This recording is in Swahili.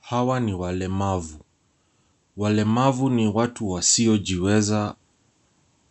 Hawa ni walemavu. Walemavu ni watu wasiojiweza